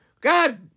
God